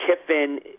Kiffin